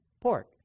pork